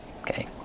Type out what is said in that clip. Okay